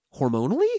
hormonally